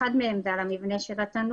אחד מהם זה על המבנה של התנור,